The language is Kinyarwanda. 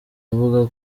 avuga